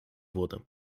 wurde